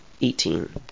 Eighteen